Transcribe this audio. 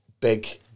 big